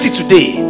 today